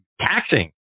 taxing